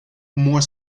more